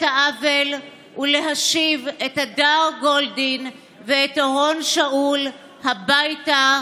העוול ולהשיב את הדר גולדין ואת אורון שאול הביתה,